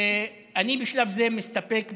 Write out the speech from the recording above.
אני בשלב זה מסתפק בזה,